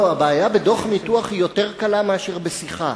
הבעיה בדוח ניתוח יותר קלה מאשר בשיחה,